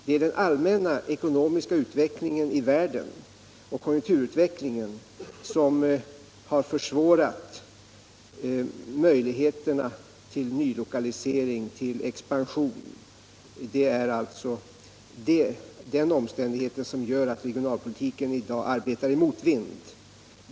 Det är den allmänna ekonomiska utvecklingen i världen och konjunkturutvecklingen som har försvårat möjligheterna till nylokalisering och expansion. Det är alltså den omständigheten som gör att regionalpolitiken arbetar i motvind.